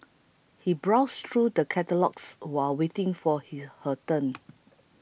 she browsed through the catalogues while waiting for her turn